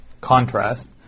contrast